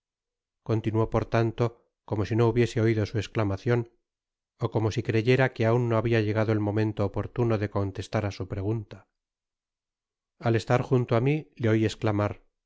continuó por tanto como si no hubiese oido su esclamacion ó como si creyera que aun no habia llegado el momento oportuno de contestar á su pregunta content from google book search generated at al estar junto á mi le oi esclamar